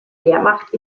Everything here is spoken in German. wehrmacht